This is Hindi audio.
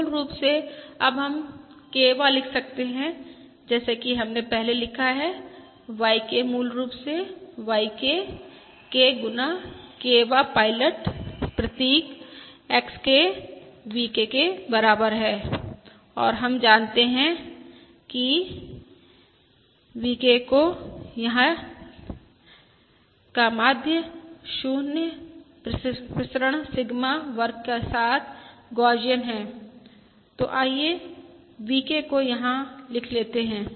तो मूल रूप से अब हम Kवाँ लिख सकते हैं जैसा कि हमने पहले लिखा है YK मूल रूप से YK K गुना Kवाँ पायलट प्रतीक XK VK के बराबर है और हम जानते हैं कि VK का माध्य 0 प्रसरण सिग्मा वर्ग के साथ गौसियन है तो आइए VK को यहां लिख लेते हैं